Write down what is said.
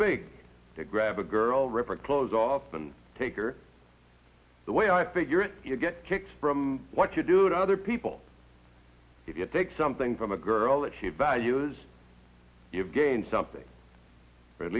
big to grab a girl report clothes off and take her the way i figure if you get kicked from what you do to other people if you take something from a girl if she values you've gained something or at